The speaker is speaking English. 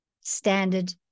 standard